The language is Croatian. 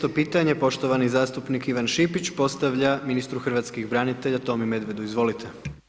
13.-to pitanje poštovani zastupnik Ivan Šipić postavlja ministru hrvatskih branitelja Tomi Medvedu, izvolite.